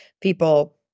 people